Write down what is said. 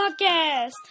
Podcast